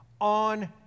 On